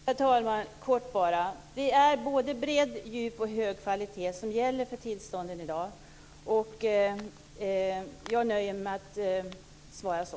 Herr talman! Jag skall fatta mig kort. Det är både bredd och djup samt hög kvalitet som gäller för tillstånden i dag. Jag nöjer mig med att svara så.